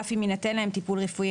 אף אם יינתן להם טיפול רפואי,